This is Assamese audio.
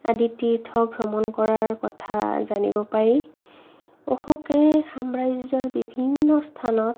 আদি তীৰ্থভ্ৰমণ কৰাৰ কথা জানিব পাৰি অশোকে সাম্ৰাজ্যৰ বিভিন্ন স্থানত